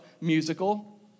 musical